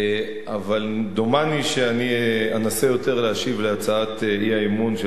אבל דומני שאנסה יותר להשיב על הצעת האי-אמון של